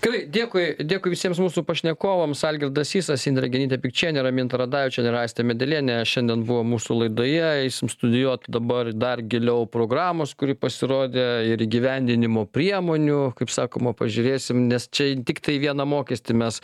gerai dėkui dėkui visiems mūsų pašnekovams algirdas sysas indrė genytė pikčienė raminta radavičienė ir aistė medelienė šiandien buvo mūsų laidoje eisim studijuot dabar dar giliau programos kuri pasirodė ir įgyvendinimo priemonių kaip sakoma pažiūrėsim nes čia tiktai vieną mokestį mes